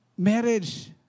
Marriage